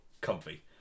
comfy